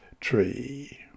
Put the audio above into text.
tree